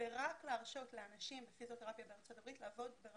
ולהרשות לאנשים לעבוד בפיזיותרפיה בארצות הברית כשהם